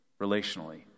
relationally